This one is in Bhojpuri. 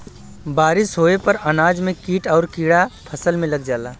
बारिस होये पर अनाज में कीट आउर कीड़ा फसल में लग जाला